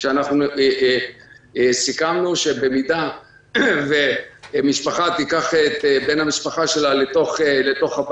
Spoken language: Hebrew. שאנחנו סיכמנו שבמידה ומשפחה תיקח את בן המשפחה שלה לבית,